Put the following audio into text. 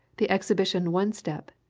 the exhibition one step,